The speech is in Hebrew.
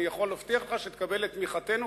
אני יכול להבטיח לך שתקבל את תמיכתנו,